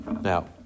Now